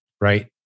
right